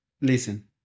listen